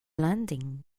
landing